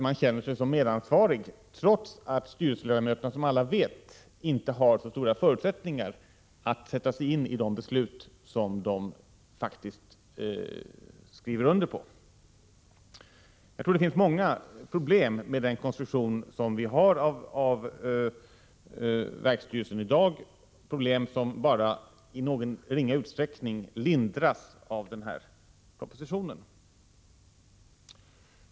Man känner sig medansvarig, trots att styrelseledamöterna — som alla vet — inte har så stora förutsättningar att sätta sig in i de beslut som de faktiskt skriver under på. Jag tror att det finns många problem med den konstruktion som vi har när det gäller verksstyrelsen i dag — problem som bara i ringa utsträckning lindras genom förslaget i propositionen.